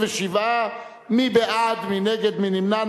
27). מי בעד, מי נגד, מי נמנע?